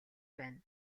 байна